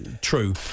true